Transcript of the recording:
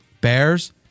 Bears